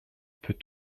peut